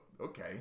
okay